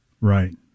Right